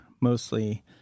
mostly